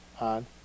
on